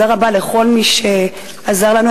תודה רבה לכל מי שעזר לנו.